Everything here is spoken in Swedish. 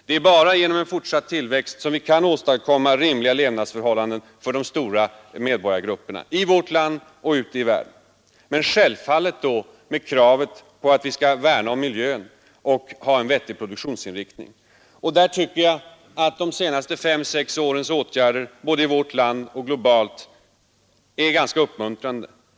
Det är bara genom en fortsatt tillväxt som vi kan åstadkomma rimliga levnadsförhållanden för de stora medborgargrupperna i vårt land och ute i världen, och då självfallet under kravet att vi skall värna om miljön och ha en vettig produktionsinriktning. Där tycker jag att de senaste fem, sex årens åtgärder — både i vårt land och globalt — är rätt uppmuntrande.